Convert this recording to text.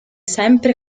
sempre